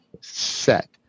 set